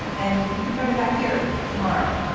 and you can find them back here tomorrow.